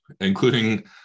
including